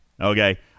Okay